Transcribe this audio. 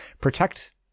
protect